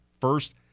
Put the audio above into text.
First